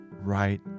right